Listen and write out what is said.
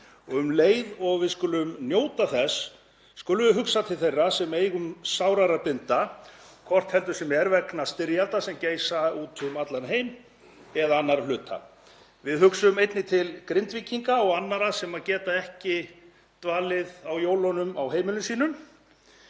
um leið og við skulum njóta þess skulum við hugsa til þeirra sem eigum sárara að binda, hvort heldur sem er vegna styrjalda sem geisa úti um allan heim eða annarra hluta. Við hugsum einnig til Grindvíkinga og annarra sem ekki geta dvalið á heimilum sínum